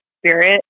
spirit